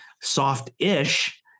Soft-ish